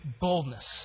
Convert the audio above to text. boldness